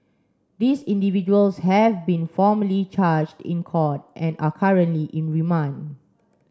these individuals have been formally charged in court and are currently in remand